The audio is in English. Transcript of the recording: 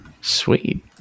Sweet